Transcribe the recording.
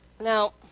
Now